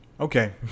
Okay